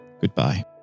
goodbye